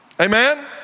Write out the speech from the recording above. Amen